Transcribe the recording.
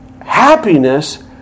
Happiness